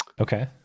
Okay